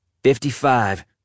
Fifty-five